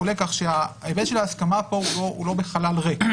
כך שההיבט של ההסכמה פה הוא לא בחלל ריק.